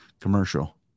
commercial